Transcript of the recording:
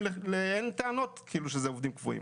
ואין חולק על כך שהם עובדים קבועים.